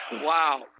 Wow